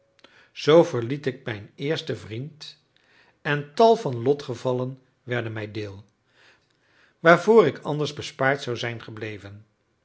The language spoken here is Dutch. zoo verliet ik mijn eersten vriend en tal van lotgevallen werden mijn deel waarvoor ik anders bespaard zou zijn gebleven